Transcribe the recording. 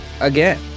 again